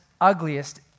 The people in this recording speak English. ugliest